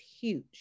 huge